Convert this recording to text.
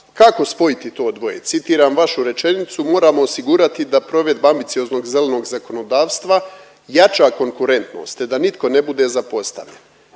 kako spojiti to dvoje? Citiram vašu rečenicu, moramo osigurati da provedba ambicioznog zelenog zakonodavstva jača konkurentnost te da nitko ne bude zapostavljen.